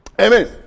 Amen